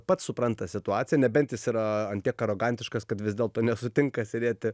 pats supranta situaciją nebent jis yra ant tiek arogantiškas kad vis dėlto nesutinka sėdėti